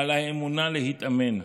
על האמונה להתאמן,